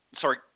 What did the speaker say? Sorry